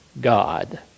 God